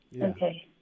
Okay